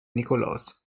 nikolaus